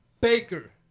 Baker